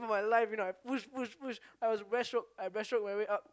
for my life you know I push push push I was breaststroke I breaststroke my way up